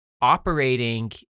operating